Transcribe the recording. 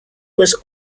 was